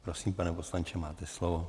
Prosím, pane poslanče, máte slovo.